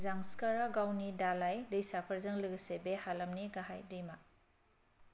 जांस्करआ गावनि दालाय दैसाफोरजों लोगोसे बे हालामनि गाहाय दैमा